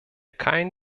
keinen